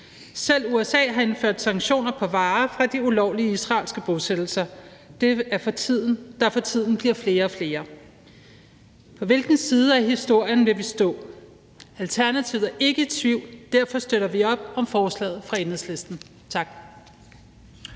Selv USA har indført sanktioner på varer fra de ulovlige israelske bosættelser, der for tiden bliver flere og flere. På hvilken side af historien vil vi stå? Alternativet er ikke i tvivl. Derfor støtter vi op om forslaget fra Enhedslisten. Tak.